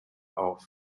auf